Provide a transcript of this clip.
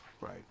right